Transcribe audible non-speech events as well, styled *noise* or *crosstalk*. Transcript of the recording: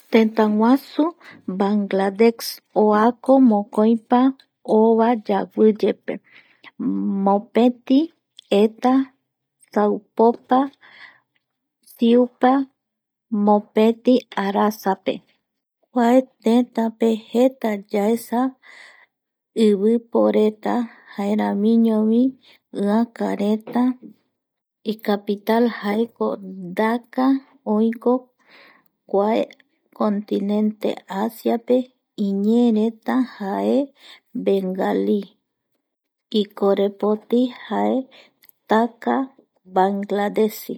Tëtäguasu Bangladesh *noise* oako mokoipa ova *noise* yaguiyepe *noise* mopeti eta saupopa *noise* siupa mopeti *noise* arasape *noise* kua tëtäpe jetayae yaesa iviporeta jaeramiñovi ïakareta icapital jaeko daka oiko kua continente Asiape iñeereta jae bengali ikorepoti jae daka bangladesh